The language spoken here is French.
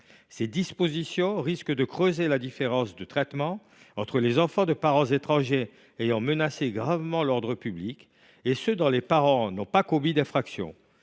Ces dispositions risquent de creuser la différence de traitement entre les enfants de parents étrangers ayant menacé gravement l’ordre public et ceux dont les parents n’ont pas commis d’infractions.